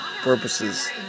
purposes